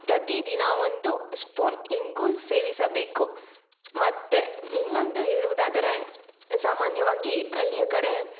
ಪ್ರತಿದಿನ ಒಂದು ಸ್ಪೂನ್ ಇಂಗು ಸೇವಿಸಬೇಕು ಮತ್ತೆ ಇನ್ನೊಂದು ಹೇಳುವುದಾದರೆ ಸಾಮಾನ್ಯವಾಗಿ ಹಳ್ಳಿಯ ಕಡೆ